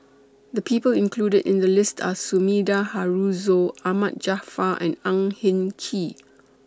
The People included in The list Are Sumida Haruzo Ahmad Jaafar and Ang Hin Kee